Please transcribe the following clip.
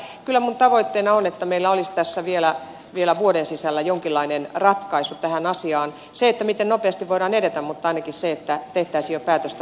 elikkä kyllä minun tavoitteenani on että meillä olisi tässä vielä vuoden sisällä jonkinlainen ratkaisu tähän asiaan siitä miten nopeasti voidaan edetä tai ainakin siitä että tehtäisiin jo päätöstä miten mennään eteenpäin